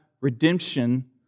redemption